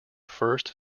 first